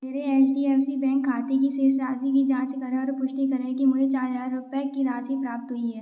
मेरे H D F C bank खाते की शेष राशि की जाँच करें और पुष्टि करें कि मुझे चार हज़ार रुपये की राशि प्राप्त हुई है